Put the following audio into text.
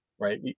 right